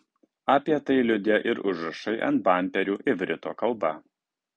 apie tai liudija ir užrašai ant bamperių ivrito kalba